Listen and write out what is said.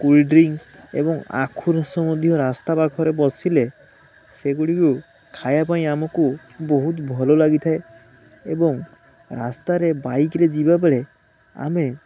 cold drinks ଏବଂ ଆଖୁ ରସ ମଧ୍ୟ ରାସ୍ତା ପାଖରେ ବସିଲେ ସେଗୁଡ଼ିକୁ ଖାଇବା ପାଇଁ ଆମକୁ ବହୁତ ଭଲ ଲାଗି ଥାଏ ଏବଂ ରାସ୍ତାରେ ବାଇକରେ ଯିବା ବେଳେ ଆମେ